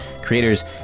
creators